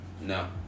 No